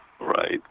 Right